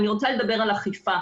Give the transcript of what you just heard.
אני רוצה לדבר על אכיפה.